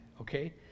okay